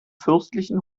fürstlichen